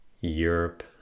Europe